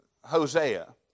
Hosea